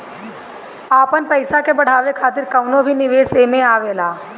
आपन पईसा के बढ़ावे खातिर कवनो भी निवेश एमे आवेला